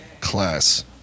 class